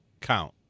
count